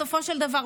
בסופו של דבר,